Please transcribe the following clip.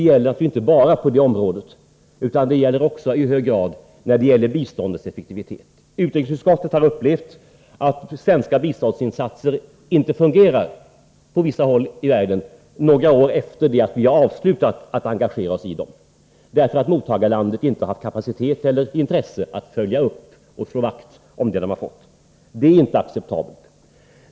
Men krav måste naturligtvis också i hög grad ställas på biståndets effektivitet. Utrikesutskottet har funnit att svenska biståndsinsatser på vissa håll i världen inte fungerar några år efter det att vi har engagerat oss i projekten. Anledningen härtill är att mottagarlandet inte har kapacitet eller intresse för att följa upp och slå vakt om det som de har fått. Detta är inte acceptabelt.